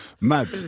Mad